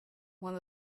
one